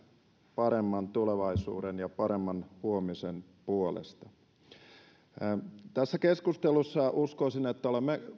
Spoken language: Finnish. paremman tulevaisuuden ja paremman huomisen puolesta uskoisin että tässä keskustelussa olemme